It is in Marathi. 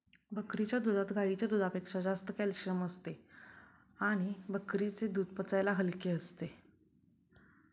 बकरीच्या दुधात गाईच्या दुधापेक्षा जास्त कॅल्शिअम असते आणि बकरीचे दूध पचायला हलके असते